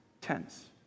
tense